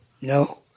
No